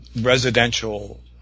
residential